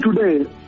today